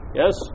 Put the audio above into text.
yes